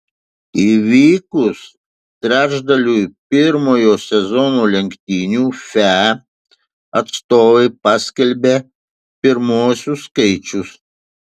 įvykus trečdaliui pirmojo sezono lenktynių fe atstovai paskelbė pirmuosius skaičius